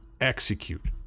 execute